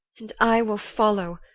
and i will follow,